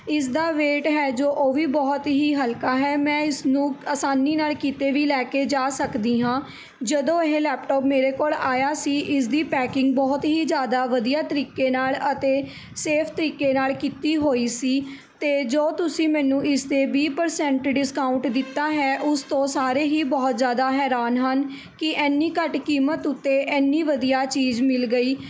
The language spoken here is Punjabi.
ਇਸ ਦਾ ਵੇਟ ਹੈ ਜੋ ਉਹ ਵੀ ਬਹੁਤ ਹੀ ਹਲਕਾ ਹੈ ਮੈਂ ਇਸਨੂੰ ਆਸਾਨੀ ਨਾਲ ਕਿਤੇ ਵੀ ਲੈ ਕੇ ਜਾ ਸਕਦੀ ਹਾਂ ਜਦੋਂ ਇਹ ਲੈਪਟੋਪ ਮੇਰੇ ਕੋਲ ਆਇਆ ਸੀ ਇਸ ਦੀ ਪੈਕਿੰਗ ਬਹੁਤ ਹੀ ਜ਼ਿਆਦਾ ਵਧੀਆ ਤਰੀਕੇ ਨਾਲ ਅਤੇ ਸੇਫ ਤਰੀਕੇ ਨਾਲ ਕੀਤੀ ਹੋਈ ਸੀ ਅਤੇ ਜੋ ਤੁਸੀਂ ਮੈਨੂੰ ਇਸ 'ਤੇ ਵੀਹ ਪਰਸੈਂਟ ਡਿਸਕਾਊਂਟ ਦਿੱਤਾ ਹੈ ਉਸ ਤੋਂ ਸਾਰੇ ਹੀ ਬਹੁਤ ਜ਼ਿਆਦਾ ਹੈਰਾਨ ਹਨ ਕਿ ਇੰਨੀ ਘੱਟ ਕੀਮਤ ਉੱਤੇ ਇੰਨੀ ਵਧੀਆ ਚੀਜ਼ ਮਿਲ ਗਈ